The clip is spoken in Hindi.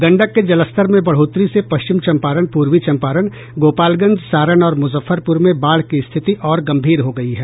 गंडक के जलस्तर में बढ़ोतरी से पश्चिम चंपारण पूर्वी चंपारण गोपालगंज सारण और मुजफ्फरपुर में बाढ़ की स्थिति और गंभीर हो गयी है